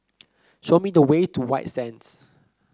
show me the way to White Sands